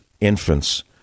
infants